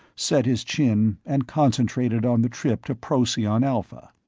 set his chin, and concentrated on the trip to procyon alpha.